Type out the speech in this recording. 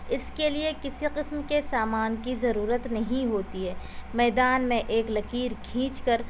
اس کے لیے کسی قسم کے سامان کی ضرورت نہیں ہوتی ہے میدان میں ایک لکیر کھینچ کر